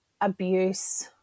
abuse